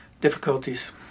difficulties